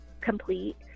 Complete